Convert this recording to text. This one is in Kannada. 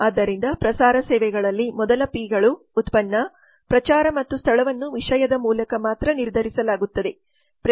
ಆದ್ದರಿಂದ ಪ್ರಸಾರ ಸೇವೆಗಳಲ್ಲಿ ಮೊದಲ 3 ಪಿ ಗಳು ಉತ್ಪನ್ನ ಪ್ರಚಾರ ಮತ್ತು ಸ್ಥಳವನ್ನು ವಿಷಯದ ಮೂಲಕ ಮಾತ್ರ ನಿರ್ಧರಿಸಲಾಗುತ್ತದೆ